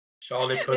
Charlie